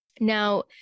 Now